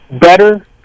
better